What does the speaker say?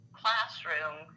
classroom